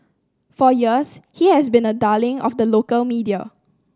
for years he has been a darling of the local media